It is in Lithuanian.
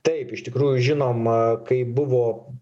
taip iš tikrųjų žinom kai buvo